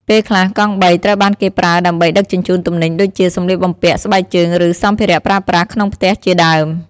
ពេលខ្លះ កង់បីត្រូវបានគេប្រើដើម្បីដឹកជញ្ជូនទំនិញដូចជា សម្លៀកបំពាក់ ស្បែកជើង ឬសម្ភារៈប្រើប្រាស់ក្នុងផ្ទះជាដើម។